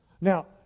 Now